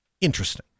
interesting